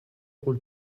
غول